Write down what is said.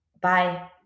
bye